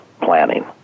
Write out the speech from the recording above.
planning